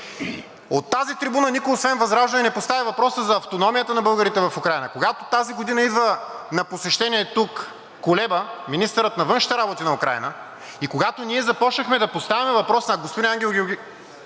от тази трибуна никой, освен ВЪЗРАЖДАНЕ, не постави въпроса за автономията на българите в Украйна. Когато тази година идва на посещение тук Кулеба – министърът на външните работи на Украйна, и когато ние започнахме да поставяме въпроса, а господин Ангел Георгиев